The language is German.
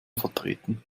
vertreten